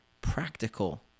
practical